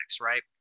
right